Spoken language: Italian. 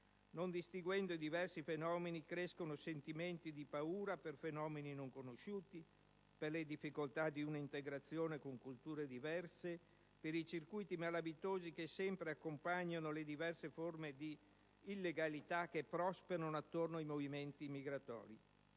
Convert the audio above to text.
Non distinguendo i diversi fenomeni crescono sentimenti di paura per fenomeni non conosciuti, per le difficoltà di una integrazione con culture diverse, per i circuiti malavitosi che sempre si accompagnano alle diverse forme di illegalità che prosperano attorno ai movimenti migratori.